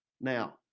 Now